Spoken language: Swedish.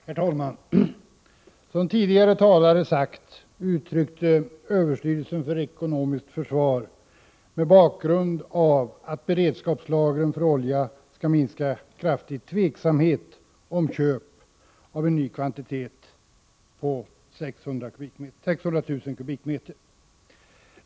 Herr talman! Som tidigare talare sagt uttryckte överstyrelsen för ekonomiskt försvar, mot bakgrund av att beredskapslagren för olja kraftigt skulle minska, tveksamhet om köp av en ny kvantitet på 600 000 m?.